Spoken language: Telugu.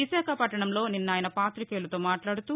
విశాఖపట్టణంలో నిన్న ఆయన పాతికేయులతో మాట్లాడుతూ